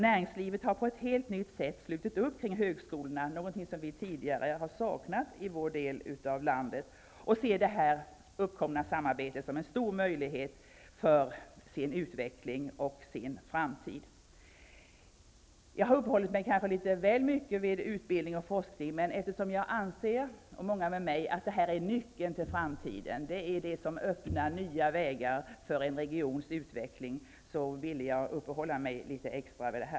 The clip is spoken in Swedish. Näringslivet har på ett helt nytt sätt slutit upp kring högskolorna -- något som vi tidigare har saknat i vår del av landet -- och ser det uppkomna samarbetet som en stor möjlighet för sin utveckling och sin framtid. Jag kanske har uppehållit mig litet väl mycket vid utbildning och forskning, men eftersom jag anser att det är nyckeln till framtiden, det som öppnar nya vägar för en regions utveckling, ville jag tala särskilt om det.